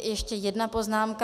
Ještě jedna poznámka.